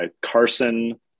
Carson